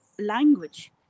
language